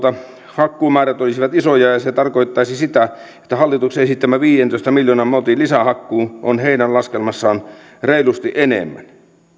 hakkuumäärät olisivat isoja ja se tarkoittaisi sitä että hallituksen esittämä viidentoista miljoonan motin lisähakkuu on heidän laskelmassaan reilusti enemmän